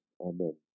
Amen